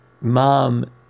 mom